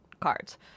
cards